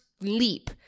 leap